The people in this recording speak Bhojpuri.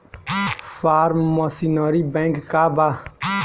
फार्म मशीनरी बैंक का बा?